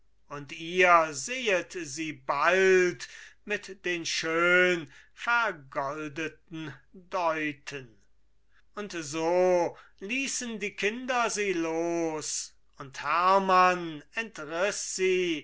und ihr sehet sie bald mit den schön vergoldeten deuten und so ließen die kinder sie los und hermann entriß sie